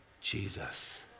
Jesus